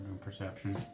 perception